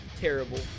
terrible